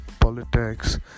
politics